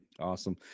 Awesome